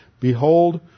Behold